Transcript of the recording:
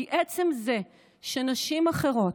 כי עצם זה שנשים אחרות,